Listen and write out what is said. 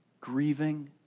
grieving